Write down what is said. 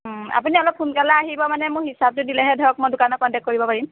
আপুনি অলপ সোনকালে আহিব মানে মোৰ হিচাপটো দিলেহে ধৰক মই দোকানত কণ্টেক্ট কৰিব পাৰিম